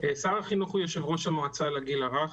שר החינוך הוא יושב ראש המועצה לגיל הרך,